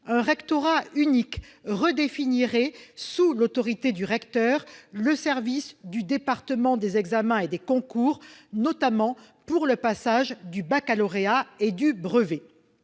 un rectorat unique redéfinirait, sous l'autorité du recteur, le service du département des examens et des concours, notamment pour le passage du baccalauréat et du brevet.